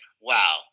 wow